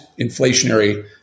inflationary